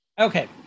Okay